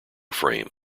frame